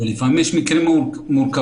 לפעמים יש מקרים מורכבים,